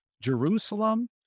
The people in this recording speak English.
jerusalem